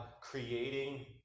creating